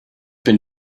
been